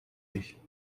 dich